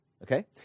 okay